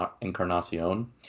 Encarnacion